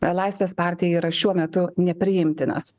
laisvės partijai yra šiuo metu nepriimtinas